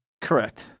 Correct